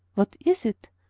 what is it?